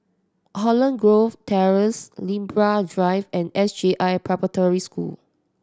Holland Grove Terrace Libra Drive and S J I Preparatory School